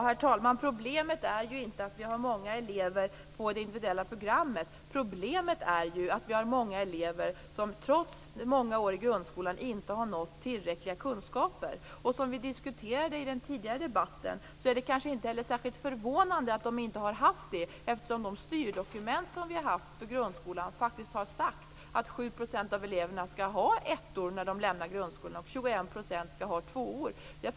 Herr talman! Problemet är ju inte att vi har många elever på det individuella programmet. Problemet är att vi har många elever som trots många år i grundskolan inte har tillräckliga kunskaper. Som vi diskuterade i den tidigare debatten är det kanske inte heller särskilt förvånande att de inte har det. De styrdokument som vi haft för grundskolan har ju faktiskt sagt att 7 % av eleverna skall ha ettor när de lämnar grundskolan och 21 % skall ha tvåor.